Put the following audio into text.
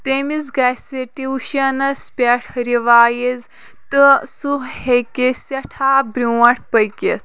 تٔمِس گَژھِ ٹیوٗشَنَس پٮ۪ٹھ رِوایِز تہٕ سُہ ہیٚکہِ سٮ۪ٹھاہ برونٛٹھ پٔکِتھ